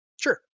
Sure